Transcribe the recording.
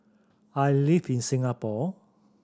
I live in Singapore